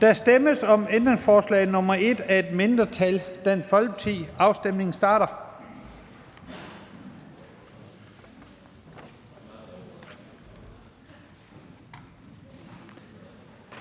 Der stemmes om ændringsforslag nr. 2 af et mindretal (DF). Afstemningen starter.